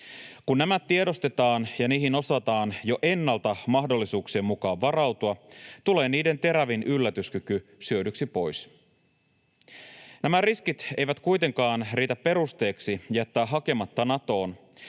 Kun nämä tiedostetaan ja niihin osataan jo ennalta mahdollisuuksien mukaan varautua, tulee niiden terävin yllätyskyky syödyksi pois. Nämä riskit eivät kuitenkaan riitä perusteeksi jättää hakematta Natoon.